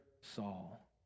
Saul